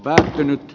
kiitos